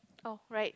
oh right